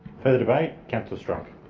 further debate? councillor strunk.